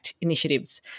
initiatives